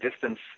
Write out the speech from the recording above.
distance